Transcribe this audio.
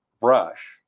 brush